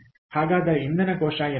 ಹಾಗಾದರೆ ಇಂಧನ ಕೋಶ ಎಂದರೇನು